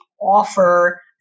offer